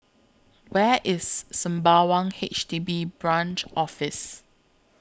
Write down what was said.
Where IS Sembawang H D B Branch Office